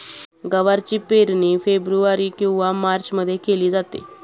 गवारची पेरणी फेब्रुवारी किंवा मार्चमध्ये केली जाते